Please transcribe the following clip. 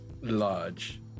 large